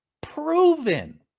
proven